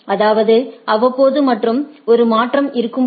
அதாவது அவ்வப்போது மற்றும் ஒரு மாற்றம் இருக்கும்போது